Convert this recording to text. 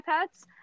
pets